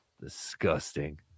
Disgusting